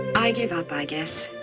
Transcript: i give up, i guess.